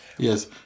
Yes